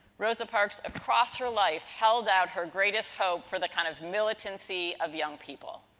rosa parks across her life held out her greatest hope for the kind of militancy of young people.